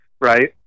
Right